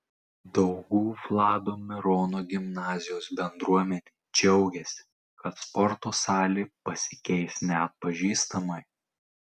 daugų vlado mirono gimnazijos bendruomenė džiaugiasi kad sporto salė pasikeis neatpažįstamai